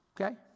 Okay